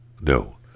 No